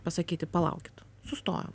pasakyti palaukit sustojam